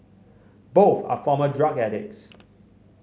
both are former drug addicts